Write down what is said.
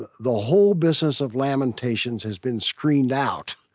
the the whole business of lamentations has been screened out